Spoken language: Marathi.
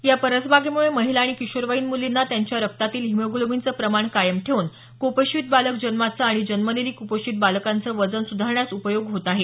या परसबागेमुळे महिला आणि किशोरवयीन मुलींना त्यांच्या रक्तातील हिमोग्लोबीनचं प्रमाण कायम ठेवून क्पोषित बालक जन्माचं आणि जन्मलेली क्पोषित बालकांचं वजन सुधारण्यास उपयोग होत आहे